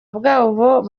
bwabo